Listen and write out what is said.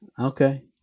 Okay